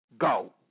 Go